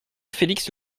félix